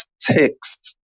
text